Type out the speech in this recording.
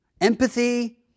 empathy